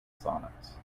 sonnets